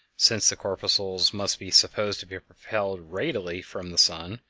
since the corpuscles must be supposed to be propelled radially from the sun,